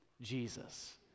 Jesus